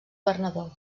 bernadó